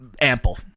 ample